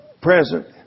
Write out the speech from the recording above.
present